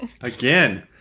Again